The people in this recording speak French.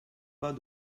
pas